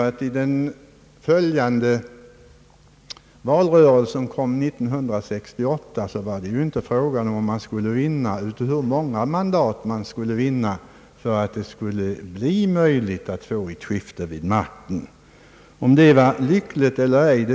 det i den följande valrörelsen 1968 inte var fråga om man skulle vinna utan hur många mandat man skulle vinna för att det skulle bli möjligt att få ett skifte vid makten. Om det var lyckligt eller ej.